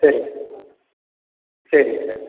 சரிங்க சார் சரிங்க சார்